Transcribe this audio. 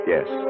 Yes